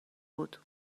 بود